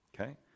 Okay